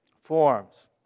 forms